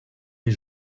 est